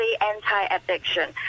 anti-addiction